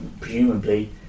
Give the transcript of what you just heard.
presumably